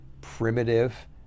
primitive